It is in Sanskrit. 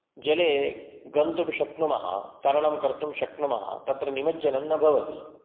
जले गन्तुं शक्नुमः तरणं कर्तुं शक्नुमः तत्र निमज्जनं न भवति